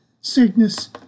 sickness